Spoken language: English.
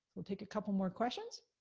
we'll take a couple more questions.